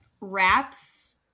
wraps